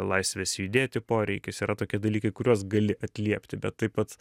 laisvės judėti poreikis yra tokie dalykai kuriuos gali atliepti bet taip pat